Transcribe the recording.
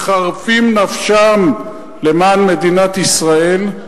מחרפים נפשם למען מדינת ישראל,